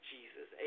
Jesus